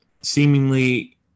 seemingly